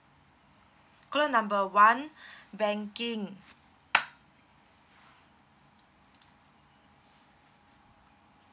call number one banking